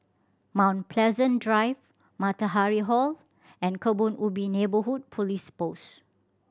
Mount Pleasant Drive Matahari Hall and Kebun Ubi Neighbourhood Police Post